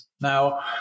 Now